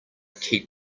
keep